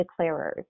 declarers